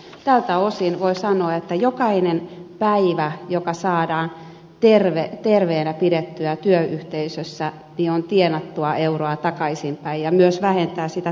tältä osin voi sanoa että jokainen päivä jona saadaan ihminen terveenä pidettyä työyhteisössä on euroja tienattu takaisinpäin ja se myös vähentää työyhteisön stressiä